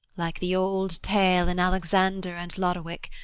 like the old tale in alexander and lodowick,